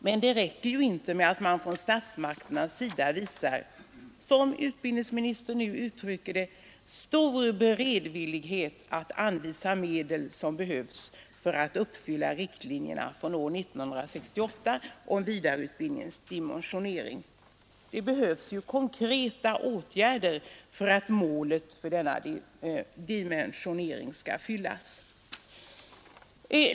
Men det räcker ju inte med att man från statsmakternas sida visar — som utbildningsministern nu uttrycker det — stor beredvillighet att anvisa de medel som behövs för att uppfylla riktlinjerna från år 1968 om vidareutbildningens dimensioner. Det behövs ju konkreta åtgärder för att målet för denna dimensionering skall nås.